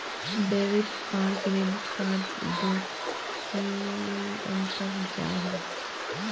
Debit आर credit card डोट की अंतर जाहा?